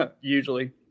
Usually